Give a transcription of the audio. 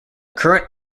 current